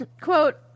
Quote